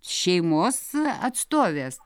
šeimos atstovės